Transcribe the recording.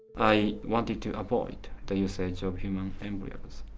i wanted to avoid the usage of human embryos.